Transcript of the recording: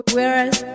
Whereas